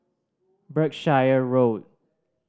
Berkshire Road